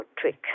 trick